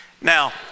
Now